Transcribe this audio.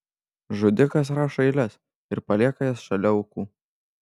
žudikas rašo eiles ir palieka jas šalia aukų